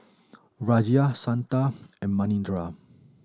Razia Santha and Manindra